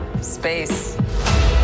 space